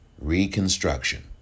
Reconstruction